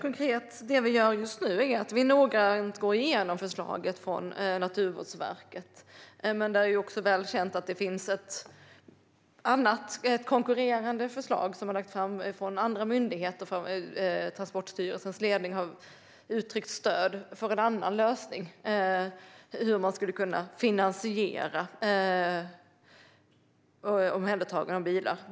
Herr talman! Vi går noggrant igenom förslaget från Naturvårdsverket. Det är också väl känt att det finns ett konkurrerande förslag som andra myndigheter har lagt fram. Transportstyrelsens ledning har uttryckt stöd för en annan lösning för finansiering av omhändertagande av bilar.